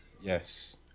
Yes